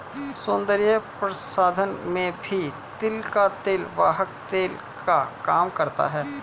सौन्दर्य प्रसाधन में भी तिल का तेल वाहक तेल का काम करता है